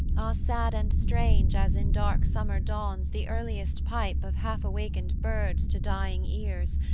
ah, sad and strange as in dark summer dawns the earliest pipe of half-awakened birds to dying ears,